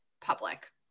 public